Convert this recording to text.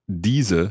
Diese